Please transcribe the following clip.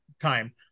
time